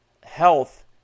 health